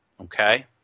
Okay